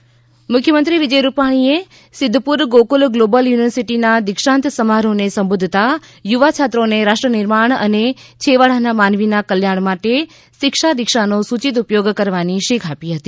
મુખ્યમંત્રી પદવીદાન સમારોહ્ મુખ્યમંત્રી વિજય રૂપાણીએ સિધ્ધપુર ગોકુલ ગ્લોબલ યુનિવર્સીટીના દિક્ષાંત સમારોહને સંબોધતા યુવા છાત્રોને રાષ્ટ્રનિર્માણ અને છેવાડાના માનવીના કલ્યાણ માટે શિક્ષા દીક્ષાનો સુચિત ઉપયોગ કરવાની શીખ આપી હતી